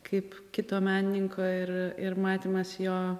kaip kito menininko ir ir matymas jo